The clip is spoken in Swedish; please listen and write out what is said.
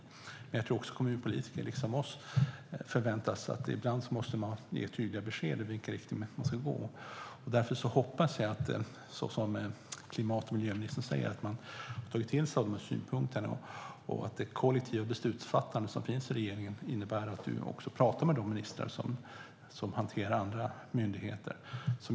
Däremot tror jag att kommunpolitiker, liksom vi, förväntar sig att ibland måste man ge tydliga besked om i vilken riktning man ska gå, och därför hoppas jag att det är så som klimat och miljöministern säger: att man har tagit till sig av de här synpunkterna och att det kollektiva beslutsfattandet i regeringen innebär att Åsa Romson också pratar med de ministrar som hanterar andra myndigheter.